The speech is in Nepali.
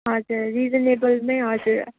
हजुर रिजनेबलमै हजुर